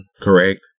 correct